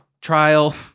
trial